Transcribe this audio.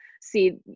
see